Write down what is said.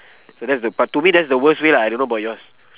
so that's the but to me that's the worst way lah I don't know about yours